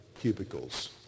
cubicles